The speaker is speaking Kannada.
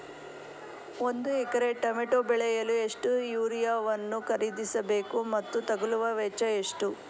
ಒಂದು ಎಕರೆ ಟಮೋಟ ಬೆಳೆಯಲು ಎಷ್ಟು ಯೂರಿಯಾವನ್ನು ಖರೀದಿಸ ಬೇಕು ಮತ್ತು ತಗಲುವ ವೆಚ್ಚ ಎಷ್ಟು?